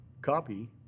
copy